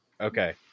okay